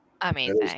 Amazing